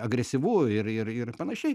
agresyvu ir ir ir panašiai